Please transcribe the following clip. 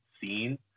seen